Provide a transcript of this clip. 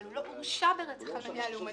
אבל הוא לא הורשע ברצח על מניע לאומני.